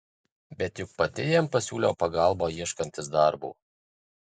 bet juk pati jam pasiūliau pagalbą ieškantis darbo